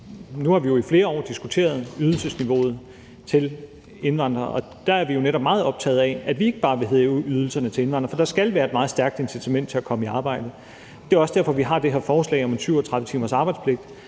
Nu har vi jo i flere år diskuteret ydelsesniveauet for indvandrere, og der er vi jo netop meget optaget af, at vi ikke bare vil hæve ydelserne til indvandrere, for der skal være et meget stærkt incitament til at komme i arbejde. Det er også derfor, vi har det her forslag om en 37-timers arbejdspligt.